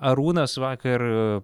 arūnas vakar